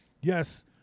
yes